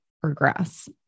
progress